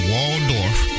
Waldorf